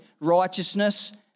righteousness